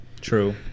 True